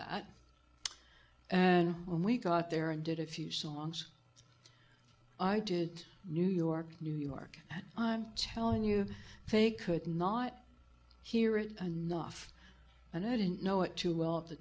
that and when we got there and did a few songs i did new york new york i'm telling you they could not hear it nuff and i didn't know it too well at the